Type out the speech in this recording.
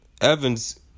Evans